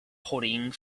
hurrying